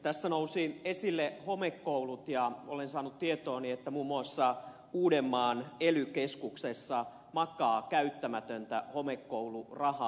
tässä nousivat esille homekoulut ja olen saanut tietooni että muun muassa uudenmaan ely keskuksessa makaa käyttämätöntä homekoulurahaa